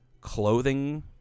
clothing